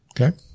Okay